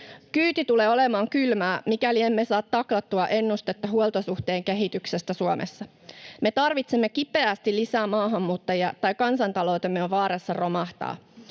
Kyyti tulee olemaan kylmää, mikäli emme saa taklattua ennustetta huoltosuhteen kehityksestä Suomessa. Me tarvitsemme kipeästi lisää maahanmuuttajia, tai kansantaloutemme on vaarassa romahtaa.